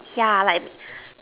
yeah like